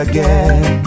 Again